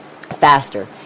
faster